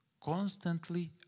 constantly